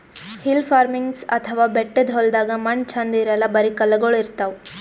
hill farming ಅಥವಾ ಬೆಟ್ಟದ್ ಹೊಲ್ದಾಗ ಮಣ್ಣ್ ಛಂದ್ ಇರಲ್ಲ್ ಬರಿ ಕಲ್ಲಗೋಳ್ ಇರ್ತವ್